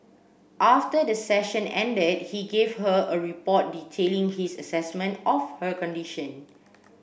after the session ended he gave her a report detailing his assessment of her condition